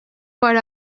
per